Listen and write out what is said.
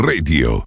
Radio